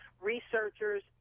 researchers